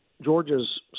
Georgia's